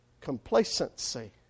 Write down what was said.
complacency